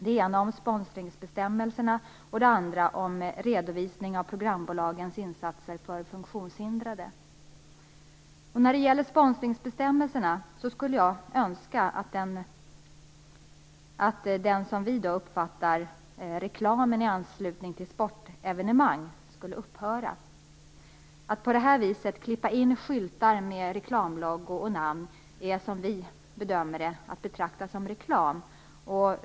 Det ena handlar om sponsringsbestämmelserna och det andra om redovisning av programbolagens insatser för funktionshindrade. När det gäller sponsringsbestämmelserna skulle jag önska att det som vi uppfattar som reklam i anslutning till sportevenemang skall upphöra. Att på det här sättet klippa in skyltar med reklamlogotyper och namn är, som vi bedömer det, att betrakta som reklam.